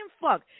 fuck